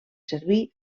servir